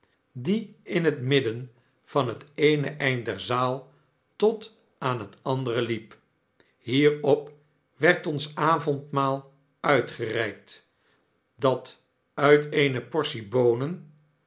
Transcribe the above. die in het midden van het eene eind der zaal tot aan het andere liep hierop werd ons avondmaal uitgereikt dat uit eene portie boonen